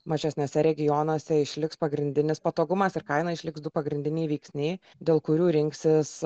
mažesniuose regionuose išliks pagrindinis patogumas ir kaina išliks du pagrindiniai veiksniai dėl kurių rinksis